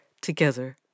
together